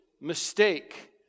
mistake